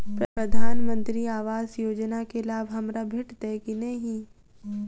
प्रधानमंत्री आवास योजना केँ लाभ हमरा भेटतय की नहि?